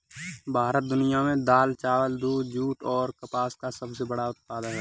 भारत दुनिया में दाल, चावल, दूध, जूट और कपास का सबसे बड़ा उत्पादक है